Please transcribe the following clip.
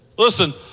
Listen